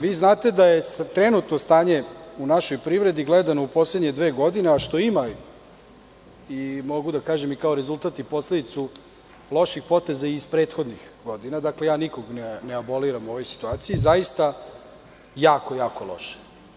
Vi znate da je trenutno stanje u našoj privredi, gledano u poslednje dve godine, a što ima, a mogu da kažem i kao rezultat i posledicu loših poteza iz prethodnih godina, dakle, nikoga ne aboliram u ovoj situaciji, zaista jako, jako loše.